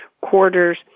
quarters